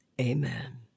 Amen